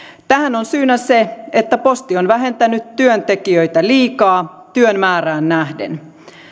tähän on syynä se että posti on vähentänyt työntekijöitä liikaa työn määrään nähden